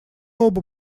оба